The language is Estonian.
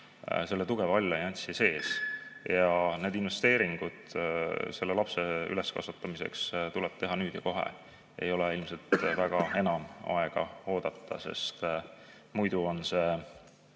selle tugeva alliansi sees ja need investeeringud selle lapse üleskasvatamiseks tuleb teha nüüd ja kohe. Ei ole ilmselt väga enam aega oodata, sest muidu on see